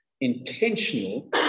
intentional